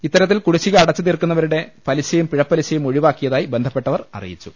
ഇത്തരത്തിൽ കുടിശ്ശിക അടച്ചു തീർക്കുന്ന വരുടെ പലിശയും പിഴപലിശയും ഒഴിവാക്കിയതായി ബന്ധപ്പെ ട്ടവർ അറിയിച്ചു